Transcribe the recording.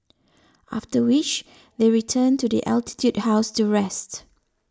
after which they return to the Altitude House to rest